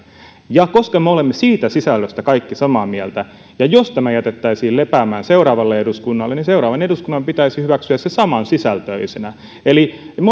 koska me olemme siitä sisällöstä kaikki samaa mieltä niin jos tämä jätettäisiin lepäämään seuraavalle eduskunnalle seuraavan eduskunnan pitäisi hyväksyä se samansisältöisenä eli me